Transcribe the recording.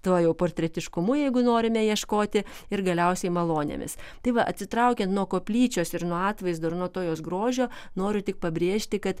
tai va jau portretiškumu jeigu norime ieškoti ir galiausiai malonėmis tai va atsitraukian nuo koplyčios ir nuo atvaizdo ir nuo to jos grožio noriu tik pabrėžti kad